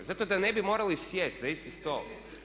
Zato da ne bi morali sjesti za isti stol.